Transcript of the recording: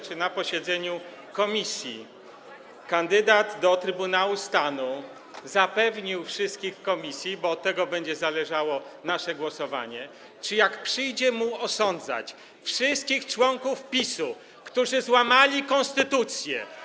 Czy na posiedzeniu komisji kandydat do Trybunału Stanu zapewnił wszystkich w komisji, bo od tego będzie zależało nasze głosowanie, że jak przyjdzie mu osądzać wszystkich członków PiS-u, którzy złamali konstytucję.